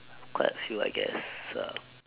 quite a few I guess uh